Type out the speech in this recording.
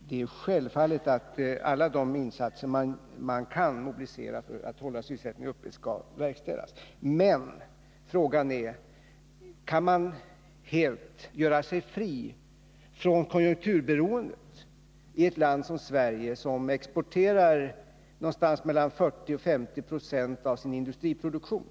Det är självklart att alla de insatser man kan mobilisera för att hålla sysselsättningen uppe skall göras, men frågan är: Kan man helt göra sig fri från konjunkturberoendet i ett land som Sverige, som exporterar mellan 40 och 50 26 av sin industriproduktion?